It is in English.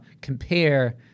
compare